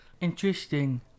Interesting